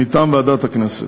מטעם ועדת הכנסת.